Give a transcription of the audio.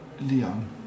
Leon